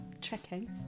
checking